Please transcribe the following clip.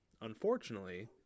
unfortunately